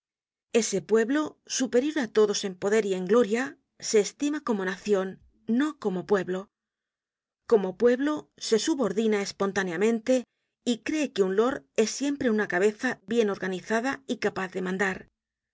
ese pueblo superior á todos en poder y en gloria se estima como nacion no como pueblo como pueblo se subordina espontáneamente y cree que un lord es siempre una cabeza bien organizada y capaz demandar